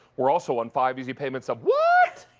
we are also on five easy payments of what?